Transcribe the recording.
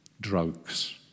Drugs